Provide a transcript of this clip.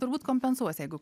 turbūt kompensuos jeigu